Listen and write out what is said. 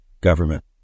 government